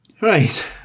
Right